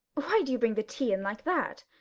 why do you bring the tea in like that?